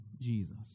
Jesus